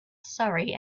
surrey